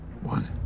One